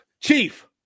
Chief